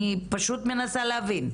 אני פשוט מנסה להבין.